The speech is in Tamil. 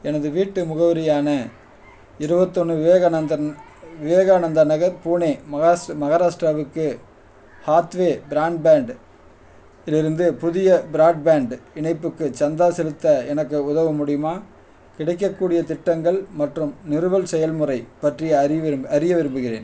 எனது வீட்டு முகவரியான இருபத்தொன்னு விவேகானந்தன் விவேகானந்தா நகர் புனே மகாஷ்ட் மகாராஷ்டிராவுக்கு ஹாத்வே பிராண்ட்பேண்ட் இலிருந்து புதிய பிராட்பேண்ட் இணைப்புக்கு சந்தா செலுத்த எனக்கு உதவ முடியுமா கிடைக்கக்கூடியத் திட்டங்கள் மற்றும் நிறுவல் செயல்முறை பற்றி அறிவு அறிய விரும்புகிறேன்